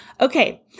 Okay